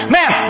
Man